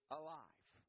alive